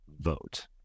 vote